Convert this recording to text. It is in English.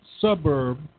suburb